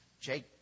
Jake